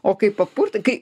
o kai papurtai kai